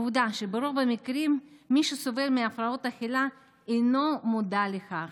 עובדה היא שברוב המקרים מי שסובל מהפרעות אכילה אינו מודע לכך.